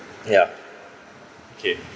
ya okay